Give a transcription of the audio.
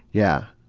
yeah.